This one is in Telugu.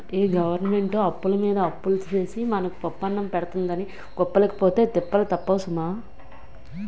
ఈ గవరమెంటు అప్పులమీద అప్పులు సేసి మనకు పప్పన్నం పెడతందని గొప్పలకి పోతే తిప్పలు తప్పవు సుమా